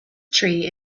tree